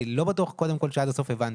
אני לא בטוח שהבנתי עד הסוף.